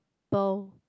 vegetable